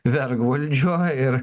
vergvaldžio ir